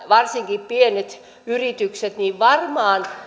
varsinkin pienet yritykset varmasti